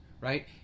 right